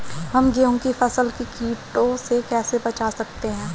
हम गेहूँ की फसल को कीड़ों से कैसे बचा सकते हैं?